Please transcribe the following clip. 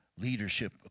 leadership